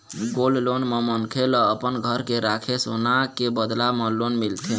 gold loan म मनखे ल अपन घर के राखे सोना के बदला म लोन मिलथे